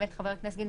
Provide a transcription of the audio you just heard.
חבר הכנסת גינזבורג,